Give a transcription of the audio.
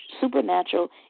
supernatural